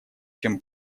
чем